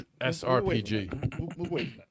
srpg